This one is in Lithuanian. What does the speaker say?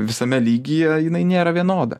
visame lygyje jinai nėra vienoda